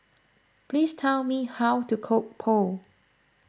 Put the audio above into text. please tell me how to cook Pho